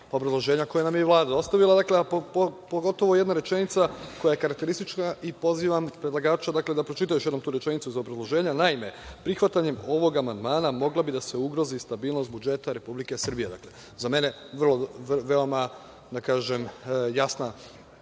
obrazloženja koje nam je i Vlada dostavila, a pogotovo jedna rečenica koja je karakteristična i pozivam predlagača da pročita još jednom tu rečenicu iz obrazloženja. Naime, prihvatanjem ovog amandmana mogla bi da se ugrozi stabilnost budžeta Republike Srbije. Za mene je ovo veoma jasan signal